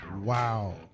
Wow